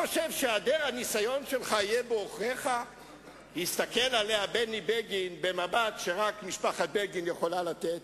אני חושב שחבר הכנסת בילסקי רומז שאתה מפריע לו.